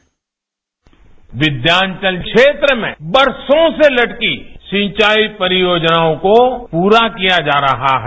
bite Vindhyachal क्षेत्र में बरसों से लटकी सिंचाई परियोजनाओं को पूरा किया जा रहा है